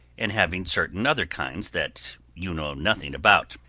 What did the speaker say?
and having certain other kinds that you know nothing about.